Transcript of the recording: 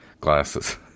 glasses